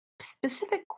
specific